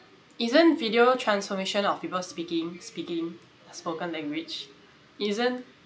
isn't video transformation of people speaking speaking spoken language isn't